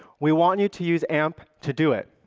we want you to use amp to do it,